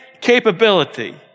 capability